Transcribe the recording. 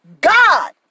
God